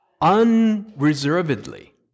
unreservedly